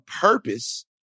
purpose